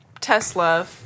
Tesla